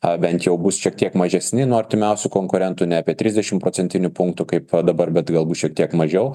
a bent jau bus šiek tiek mažesni nuo artimiausių konkurentų ne apie trisdešimt procentinių punktų kaip dabar bet galbūt šiek tiek mažiau